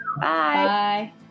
Bye